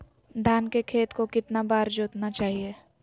धान के खेत को कितना बार जोतना चाहिए?